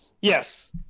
yes